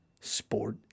sport